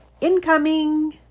Incoming